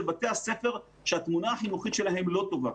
בתי הספר שהתמונה החינוכית שלהם לא טובה,